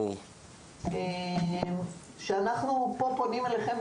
אנחנו פונים אליכם פה,